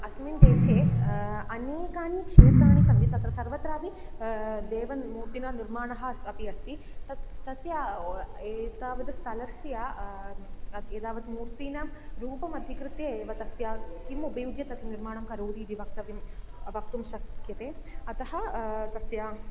अस्मिन् देशे अनेकानि क्षेत्राणि सन्ति तत्र सर्वत्रापि देवानां मूर्तीनां निर्माणः अस्य अपि अस्ति तत् तस्य एतावत् स्थलस्य एतावत् मूर्तीनां रूपम् अधिकृत्य एव तस्य किम् उपयुज्य तस्य निर्माणं करोति इति वक्तव्यं वक्तुं शक्यते अतः तस्य